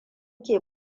ke